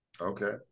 okay